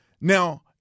Now